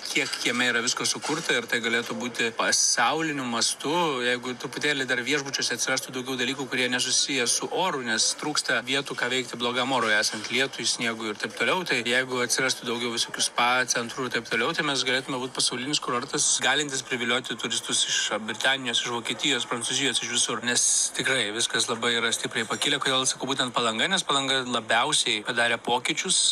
kiek jame yra visko sukurta ir tai galėtų būti pasauliniu mastu jeigu truputėlį dar viešbučiuose atsirastų daugiau dalykų kurie nesusiję su oru nes trūksta vietų ką veikti blogam orui esant lietui sniegui ir taip toliau tai jeigu atsirastų daugiau visokių spa centrų ir taip toliau tai mes galėtume būt pasaulinis kurortas galintis privilioti turistus iš britanijos iš vokietijos prancūzijos iš visur nes tikrai viskas labai yra stipriai pakilę kodėl sakau būtent palanga nes palanga labiausiai padarė pokyčius